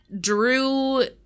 Drew